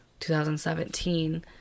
2017